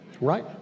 Right